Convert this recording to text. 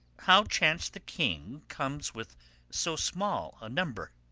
how chance the king comes with so small a number?